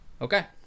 Okay